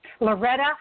Loretta